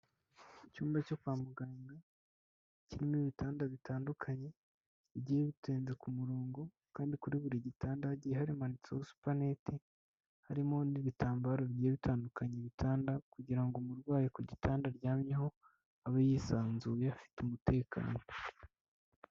Icyumba cyo kwa muganga kirimo ibitanda bitandukanye bigiye bitonze ku murongo, kandi kuri buri gitanda hagiye hamanitseho supanete, harimo n'ibitambaro bigiye bitandukanya bitanda kugira ngo umurwayi ku gitanda aryamyeho abe yisanzuye afite umutekano.